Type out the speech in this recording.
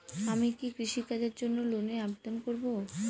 আমি কি কৃষিকাজের জন্য লোনের আবেদন করব?